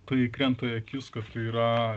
tai krenta į akis kad tai yra